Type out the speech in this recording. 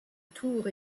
tours